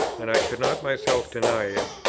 and i could not myself deny it,